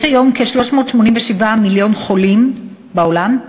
יש היום כ-387 מיליון חולים בעולם,